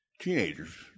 teenagers